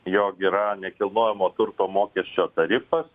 jog yra nekilnojamo turto mokesčio tarifas